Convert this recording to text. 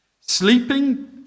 Sleeping